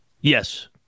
Yes